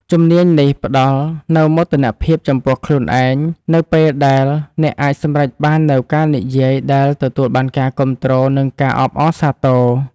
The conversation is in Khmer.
ជំនាញនេះផ្ដល់នូវមោទនភាពចំពោះខ្លួនឯង នៅពេលដែលអ្នកអាចសម្រេចបាននូវការនិយាយដែលទទួលបានការគាំទ្រ និងការអបអរសាទរ។